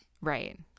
Right